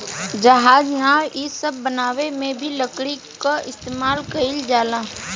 जहाज, नाव इ सब बनावे मे भी लकड़ी क इस्तमाल कइल जाला